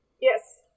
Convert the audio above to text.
Yes